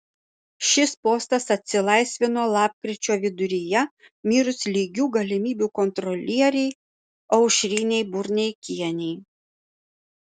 šis postas atsilaisvino lapkričio viduryje mirus lygių galimybių kontrolierei aušrinei burneikienei